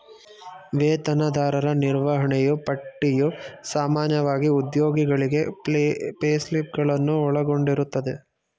ವೇತನದಾರರ ನಿರ್ವಹಣೆಯೂ ಪಟ್ಟಿಯು ಸಾಮಾನ್ಯವಾಗಿ ಉದ್ಯೋಗಿಗಳಿಗೆ ಪೇಸ್ಲಿಪ್ ಗಳನ್ನು ಒಳಗೊಂಡಿರುತ್ತದೆ